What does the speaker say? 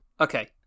Okay